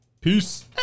Peace